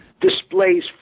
displays